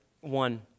one